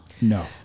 no